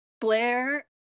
Blair